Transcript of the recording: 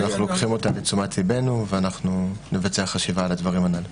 אנחנו לוקחים אותה לתשומת ליבנו ואנחנו נבצע חשיבה על הדברים הנ"ל.